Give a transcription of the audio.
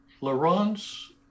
Laurence